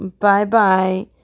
Bye-bye